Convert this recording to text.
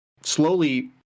slowly